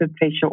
facial